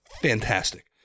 fantastic